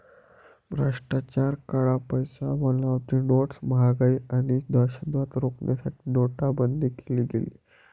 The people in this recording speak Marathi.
भ्रष्टाचार, काळा पैसा, बनावटी नोट्स, महागाई आणि दहशतवाद रोखण्यासाठी नोटाबंदी केली गेली